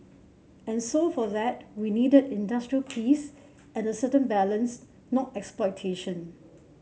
and so for that we needed industrial peace and a certain balance not exploitation